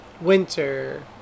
winter